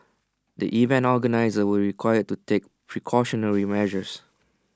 the event organisers will required to take precautionary measures